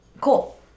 Cool